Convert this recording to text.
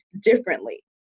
differently